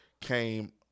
came